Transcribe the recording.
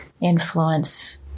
influence